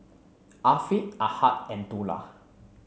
Afiq Ahad and Dollah